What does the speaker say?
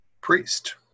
priest